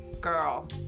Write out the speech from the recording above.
Girl